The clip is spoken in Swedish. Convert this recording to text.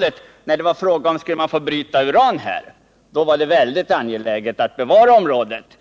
då? När det var fråga om att bryta uran på just detta område var det väldigt angeläget att bevara området.